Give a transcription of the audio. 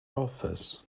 office